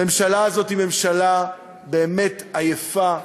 הממשלה הזאת היא ממשלה באמת עייפה.